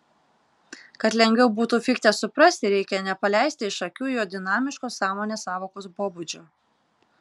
kad lengviau būtų fichtę suprasti reikia nepaleisti iš akių jo dinamiško sąmonės sąvokos pobūdžio